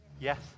Yes